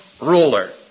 ruler